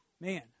man